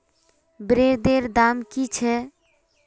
ब्रेदेर दाम की छेक